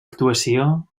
actuació